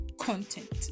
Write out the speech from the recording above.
content